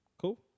cool